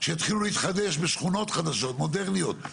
שהתחילו להתחדש בשכונות חדשות ומודרניות,